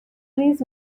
ریز